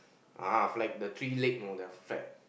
ah flag the three leg know the flag